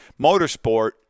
motorsport